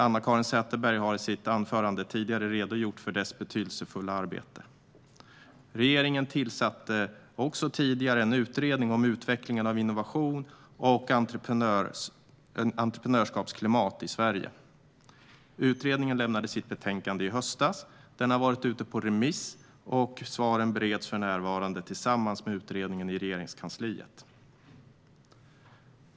Anna-Caren Sätherberg har i sitt anförande redogjort mer för dess betydelsefulla arbete. Regeringen har tidigare tillsatt en utredning om utvecklingen av innovations och entreprenörskapsklimatet i Sverige. Utredningen lämnade sitt betänkande i höstas. Det har varit ute på remiss, och svaren bereds för närvarande tillsammans med utredningen i Regeringskansliet.